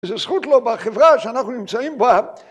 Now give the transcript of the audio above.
זה זכות לו בחברה שאנחנו נמצאים בה